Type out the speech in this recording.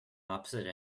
opposite